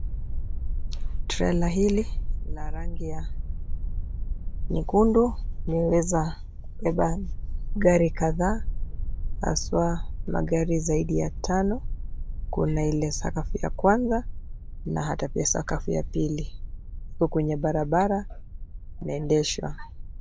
Trela hili la rangi ya nyekundu imeweza kubeba gari kadhaa, haswa magari zaidi ya tano. Kuna ile sakafu ya kwanza na hata sakafu ya pili. Iko kwenye barabara inaendeshwa.